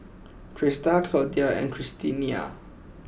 Crysta Claudia and Christiana